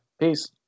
Peace